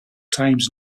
times